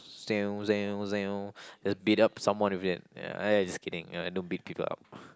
just beat up someone with that ya I just kidding ya don't beat people up